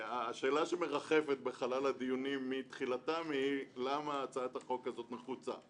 השאלה שמרחפת בחלל הדיונים מתחילתם היא למה הצעת החוק הזו נחוצה.